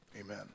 Amen